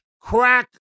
Crack